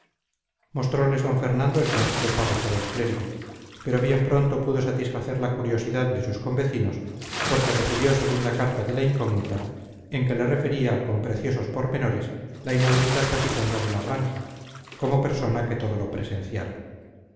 mostroles d fernando el conciso párrafo del clérigo pero bien pronto pudo satisfacer la curiosidad de sus convecinos porque recibió segunda carta de la incógnita en que le refería con preciosos pormenores la inaudita trapisonda de la granja como persona que todo lo presenciara